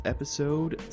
Episode